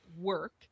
work